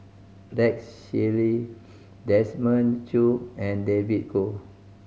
Rex Shelley Desmond Choo and David Kwo